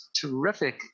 terrific